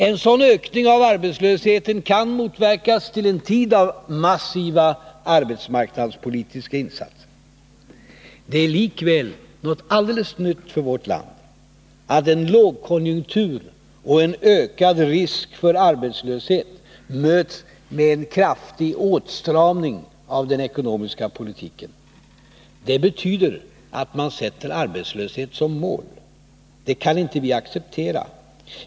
En sådan ökning av arbetslösheten kan motverkas till en tid av massiva arbetsmarknadspolitiska insatser. Det är likväl något alldeles nytt för vårt land att en lågkonjunktur och ökad risk för arbetslöshet möts med en kraftig åtstramning av den ekonomiska politiken. Det betyder att man sätter arbetslöshet som mål. Det kan vi inte acceptera.